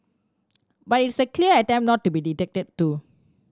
but it's a clear attempt not to be dictated to